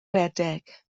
redeg